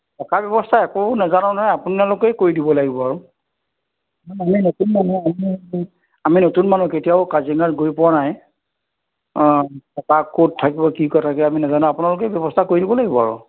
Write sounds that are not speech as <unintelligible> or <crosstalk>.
থকাৰ ব্যৱস্থা একো নাজানো নহয় আপোনালোকেই কৰি দিব লাগিব আৰু আমি নতুন মানুহ <unintelligible> আমি নতুন মানুহ কেতিয়াও কাজিৰঙাত গৈ পোৱা নাই অঁ তাৰপৰা ক'ত থাকিব কি কথা কি আমি নাজানো আপোনালোকেই ব্যৱস্থা কৰি দিব লাগিব আৰু